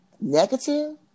Negative